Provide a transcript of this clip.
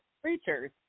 creatures